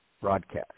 broadcast